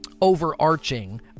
overarching